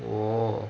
oh